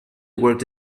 worked